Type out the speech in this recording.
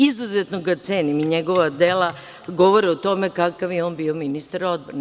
Izuzetno ga cenim i njegova dela govore o tome kakav je on bio ministar odbrane.